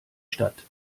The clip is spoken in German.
stadt